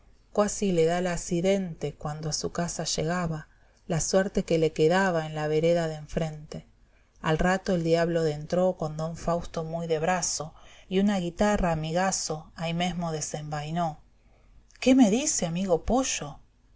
cuasi le da el acideute cuando a su casa llegaba la suerte que le quedaba en la vedera de enfrente al rato el diablo dentro con don fausto muy de brazo y una guitarra amigaso ahí mesmo desenvainó qué me dice amigo pollo